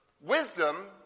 wisdom